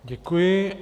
Děkuji.